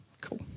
Cool